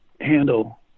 handle